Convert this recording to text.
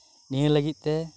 ᱱᱤᱭᱟᱹ ᱞᱟᱹᱜᱤᱫ ᱛᱮ